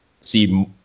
see